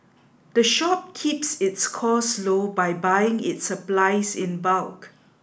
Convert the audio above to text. the shop keeps its costs low by buying its supplies in bulk